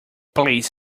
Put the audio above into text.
please